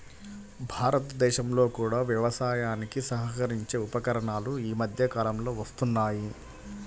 భారతదేశంలో కూడా వ్యవసాయానికి సహకరించే ఉపకరణాలు ఈ మధ్య కాలంలో వస్తున్నాయి